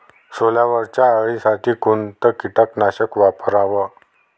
सोल्यावरच्या अळीसाठी कोनतं कीटकनाशक वापराव?